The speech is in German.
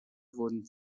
wurden